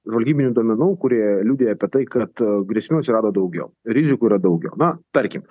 žvalgybinių duomenų kurie liudija apie tai kad grėsmių atsirado daugiau rizikų yra daugiau na tarkim